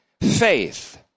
faith